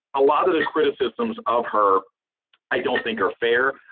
a lot of the criticisms of her i don't think are fair.